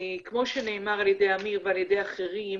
כמו שנאמר על ידי עמיר ואחרים,